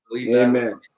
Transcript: Amen